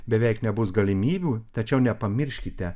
beveik nebus galimybių tačiau nepamirškite